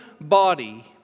body